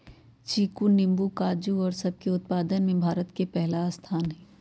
चीकू नींबू काजू और सब के उत्पादन में भारत के पहला स्थान हई